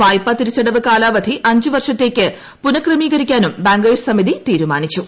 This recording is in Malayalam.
വായ്പാ തിരിച്ചടവ് കാലാവധി അഞ്ച് വർഷത്തേക്ക് പുനക്രമീകരിക്കാനും ബാങ്കേഴ്സ് സമിതി തീരുമാനിച്ചു